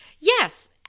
yes